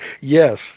Yes